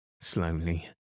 slowly